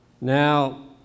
Now